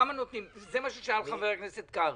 כמה נותנים זה מה ששאל חבר הכנסת קרעי.